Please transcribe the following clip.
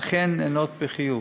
אכן נענות בחיוב.